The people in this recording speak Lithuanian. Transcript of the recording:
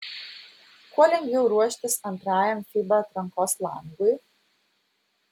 kuo lengviau ruoštis antrajam fiba atrankos langui